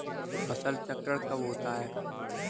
फसल चक्रण कब होता है?